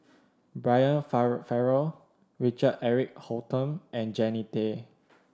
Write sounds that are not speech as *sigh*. Brian *unintelligible* Farrell Richard Eric Holttum and Jannie Tay